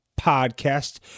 podcast